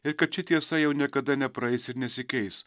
ir kad ši tiesa jau niekada nepraeis ir nesikeis